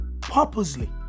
purposely